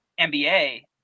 NBA